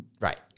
Right